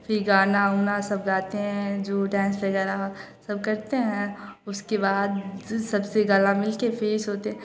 फ़िर गाना उना सब गाते हैं जो डांस वगैराह सब करते हैं उसके बाद सबसे गला मिलके फ़िर यही सोते हैं